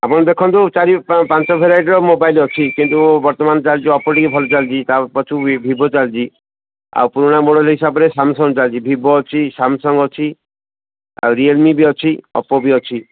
ଆପଣ ଦେଖନ୍ତୁ ଚାରି ପାଞ୍ଚ ଭେରାଇଟିର ମୋବାଇଲ୍ ଅଛି କିନ୍ତୁ ବର୍ତ୍ତମାନ ଚାଲିଛି ଓପୋ ଟିକେ ଭଲ ଚାଲିଛି ତା ପଛକୁ ଭିଭୋ ଚାଲିଛି ଆଉ ପୁରୁଣା ମୋବାଇଲ୍ ହିସାବରେ ସାମସଙ୍ଗ୍ ଚାଲିଛି ଭିଭୋ ଅଛି ସାମସଙ୍ଗ୍ ଅଛି ଆଉ ରିୟଲ୍ ମି ବି ଅଛି ଓପୋ ବି ଅଛି